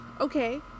okay